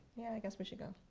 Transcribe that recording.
yeah, i guess we should go.